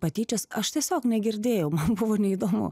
patyčios aš tiesiog negirdėjau man buvo neįdomu